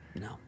No